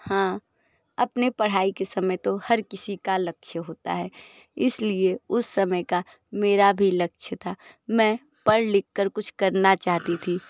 हाँ अपनी पढ़ाई के समय तो हर किसी का लक्ष्य होता है इसलिए उस समय का मेरा भी लक्ष्य था मैं पढ़ लिखकर कुछ करना चाहती थी